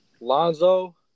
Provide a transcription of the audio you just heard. Lonzo